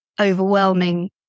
overwhelming